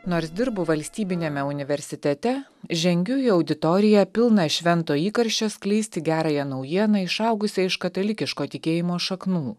nors dirbu valstybiniame universitete žengiu į auditoriją pilną švento įkarščio skleisti gerąją naujieną išaugusią iš katalikiško tikėjimo šaknų